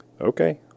okay